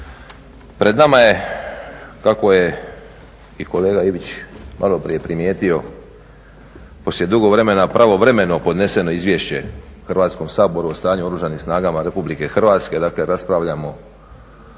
Pred nama je kako je i kolega Ivić malo prije primijetio poslije dugo vremena pravovremeno podneseno izvješće Hrvatskom saboru o stanju Oružanih snaga Republike Hrvatske. Dakle, raspravljamo